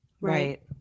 Right